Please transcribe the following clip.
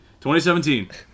2017